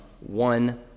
one